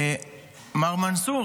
מר מנסור,